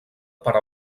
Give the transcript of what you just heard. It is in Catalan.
per